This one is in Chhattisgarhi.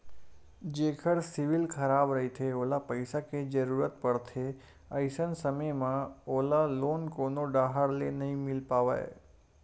जेखर सिविल खराब रहिथे ओला पइसा के जरूरत परथे, अइसन समे म ओला लोन कोनो डाहर ले नइ मिले पावय